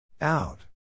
Out